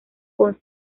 con